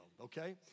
okay